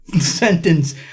sentence